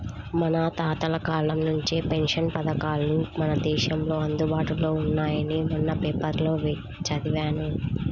మన తాతల కాలం నుంచే పెన్షన్ పథకాలు మన దేశంలో అందుబాటులో ఉన్నాయని మొన్న పేపర్లో చదివాను